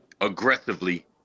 aggressively